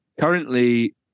currently